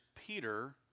Peter